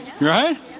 Right